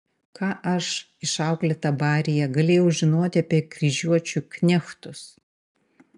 ką aš išauklėta baryje galėjau žinoti apie kryžiuočių knechtus